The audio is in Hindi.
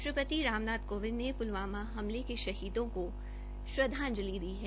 राष्ट्रपति राम नाथ कोविंद ने प्लवामा हमले के शहीदों को श्रदांजति दी है